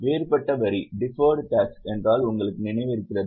வேறுபட்ட வரி என்றால் உங்களுக்கு நினைவிருக்கிறதா